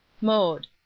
mode